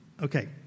Okay